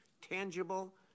Tangible